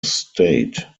state